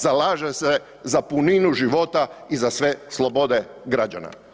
Zalaže se za puninu života i za sve slobode građana.